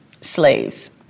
slaves